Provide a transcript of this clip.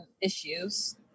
issues